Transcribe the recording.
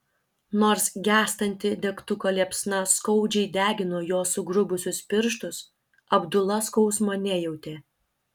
nors gęstanti degtuko liepsna skaudžiai degino jo sugrubusius pirštus abdula skausmo nejautė